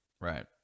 Right